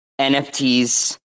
NFTs